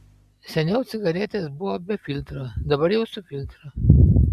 seniau cigaretės buvo be filtro dabar jau su filtru